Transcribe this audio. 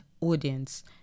audience